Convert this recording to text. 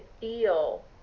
feel